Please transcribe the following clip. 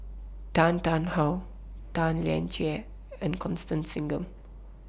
Tan Tarn How Tan Lian Chye and Constance Singam